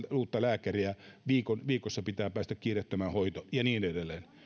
uutta lääkäriä viikossa viikossa pitää päästä kiireettömään hoitoon ja niin edelleen